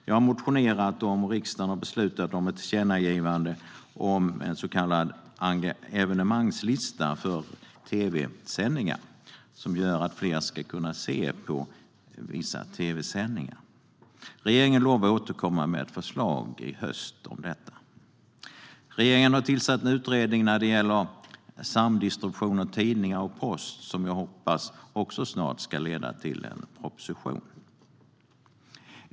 Jag har motionerat om och riksdagen har beslutat om ett tillkännagivande om en så kallad evenemangslista för tvsändningar som gör att fler ska kunna se på vissa tvsändningar. Regeringen lovar att återkomma med förslag i höst om detta. Regeringen har tillsatt en utredning om samdistribution av tidningar och post som jag hoppas snart ska leda till en proposition.